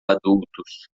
adultos